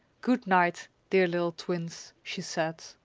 good-night, dear little twins, she said.